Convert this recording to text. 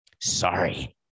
Sorry